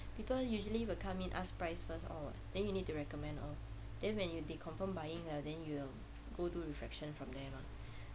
people usually would come in ask price first all what then you need to recommend all then if they're confirm buying then you go do the refraction from there mah